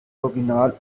original